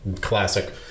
classic